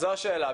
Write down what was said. זו השאלה,